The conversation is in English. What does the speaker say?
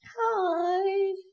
Hi